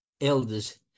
elders